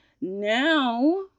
Now